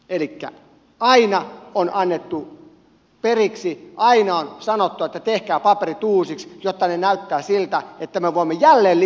elikkä aina on annettu periksi aina on sanottu että tehkää paperit uusiksi jotta ne näyttävät siltä että me voimme jälleen lisää lainata rahaa